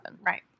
right